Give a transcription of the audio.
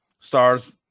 Stars